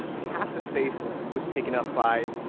half the space was taken up by,